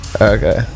Okay